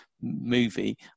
movie